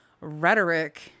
rhetoric